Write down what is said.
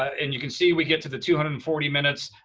and you can see, we get to the two hundred and forty minutes.